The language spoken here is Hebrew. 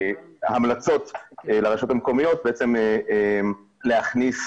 המלצות לרשויות המקומיות להכניס